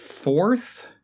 fourth